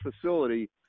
facility